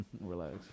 relax